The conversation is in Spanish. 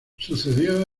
sucedió